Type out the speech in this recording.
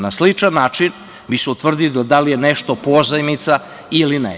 Na sličan način bi se utvrdilo da li je nešto pozajmica, ili ne.